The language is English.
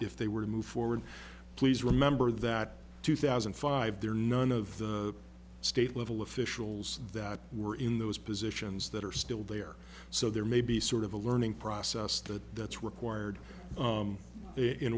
if they were to move forward please remember that two thousand and five there are none of the state level officials that were in those positions that are still there so there may be sort of a learning process that that's required